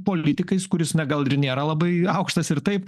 politikais kuris na gal ir nėra labai aukštas ir taip